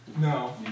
No